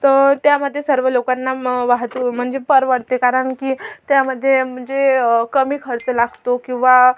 तर त्यामध्ये सर्व लोकांना मं वाहतूक म्हणजे परवडते कारण की त्यामध्ये जे कमी खर्च लागतो किंवा